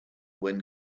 when